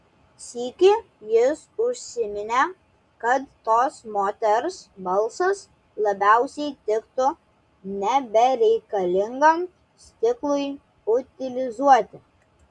sykį jis užsiminė kad tos moters balsas labiausiai tiktų nebereikalingam stiklui utilizuoti